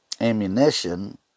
ammunition